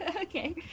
Okay